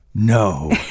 No